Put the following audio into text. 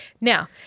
Now